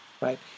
Right